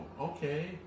okay